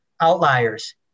outliers